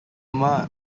maith